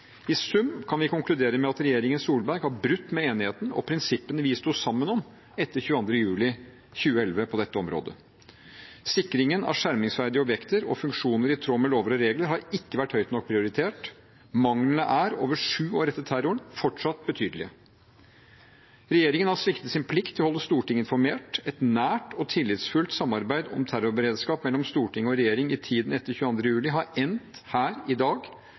I sum kan vi konkludere med at regjeringen Solberg har brutt med enigheten og prinsippene vi sto sammen om etter 22. juli 2011 på dette området. Sikringen av skjermingsverdige objekter og funksjoner i tråd med lover og regler har ikke vært høyt nok prioritert. Manglene er – over sju år etter terroren – fortsatt betydelige. Regjeringen har sviktet sin plikt til å holde Stortinget informert. Et nært og tillitsfullt samarbeid om terrorberedskap mellom storting og regjering i tiden etter 22. juli har endt her, i dag,